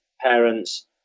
parents